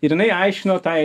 ir jinai aiškino tai